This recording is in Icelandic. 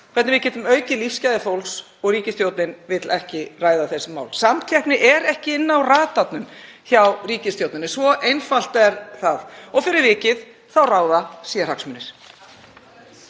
hvernig við getum aukið lífsgæði fólks, og ríkisstjórnin vill ekki ræða þessi mál. Samkeppni er ekki inn á radarnum hjá ríkisstjórninni, svo einfalt er það, og fyrir vikið ráða sérhagsmunir.